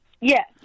Yes